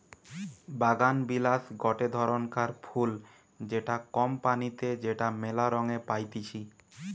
বাগানবিলাস গটে ধরণকার ফুল যেটা কম পানিতে যেটা মেলা রঙে পাইতিছি